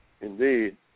Indeed